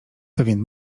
pewien